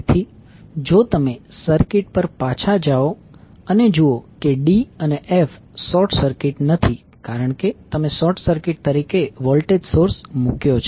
તેથી જો તમે સર્કિટ પર પાછા જાઓ અને જુઓ કે d અને f શોર્ટ સર્કિટ નથી કારણ કે તમે શોર્ટ સર્કિટ તરીકે વોલ્ટેજ સોર્સ મૂક્યો છે